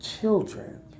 children